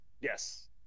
yes